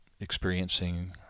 experiencing